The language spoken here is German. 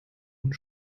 und